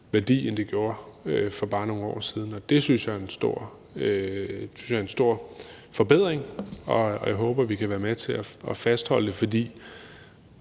værdi, end det blev gjort for bare nogle år siden, og det synes jeg er en stor forbedring. Jeg håber, at vi kan være med til at fastholde det. For